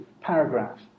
paragraph